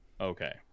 Okay